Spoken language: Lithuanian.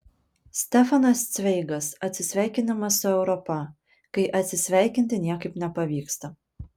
stefanas cveigas atsisveikinimas su europa kai atsisveikinti niekaip nepavyksta